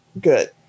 good